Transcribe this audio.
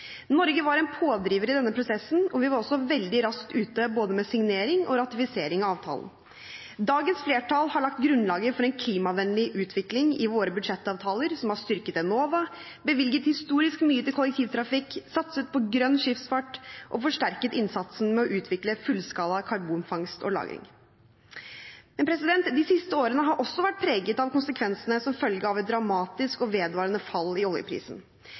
Norge var en pådriver i denne prosessen, og vi var også veldig raskt ute med både signering og ratifisering av avtalen. Dagens flertall har lagt grunnlaget for en klimavennlig utvikling i våre budsjettavtaler, som har styrket Enova, bevilget historisk mye til kollektivtrafikk, satset på grønn skipsfart og forsterket innsatsen med å utvikle fullskala karbonfangst og -lagring. De siste årene har også vært preget av konsekvensene av et dramatisk og vedvarende fall i oljeprisen.